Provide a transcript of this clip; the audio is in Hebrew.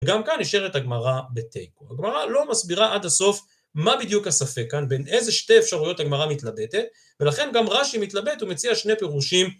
גם כאן נשארת הגמרא בתיקו, הגמרא לא מסבירה עד הסוף מה בדיוק הספק כאן, בין איזה שתי אפשרויות הגמרא מתלבטת, ולכן גם רש"י מתלבט ומציע שני פירושים.